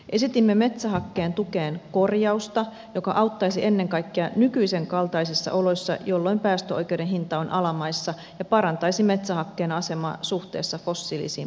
esitimme metsähakkeen tukeen korjausta joka auttaisi ennen kaikkea nykyisen kaltaisissa oloissa jolloin päästöoikeuden hinta on alamaissa ja parantaisi metsähakkeen asemaa suhteessa fossiilisiin polttoaineisiin